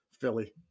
Philly